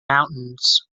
mountains